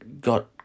got